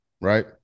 right